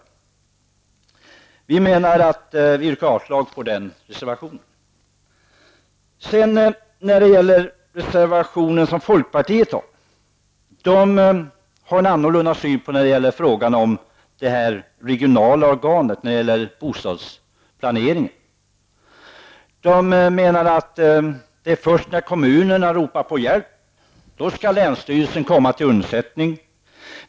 Jag yrkar alltså avslag på reservation 5. Beträffande folkpartiets reservation 6 kan man säga att man möter en annan syn på det regionala organet när det gäller bostadsförsörjningsplaneringen. Enligt folkpartiet är det först när kommunerna ropar på hjälp som länsstyrelsen skall komma till undsättning.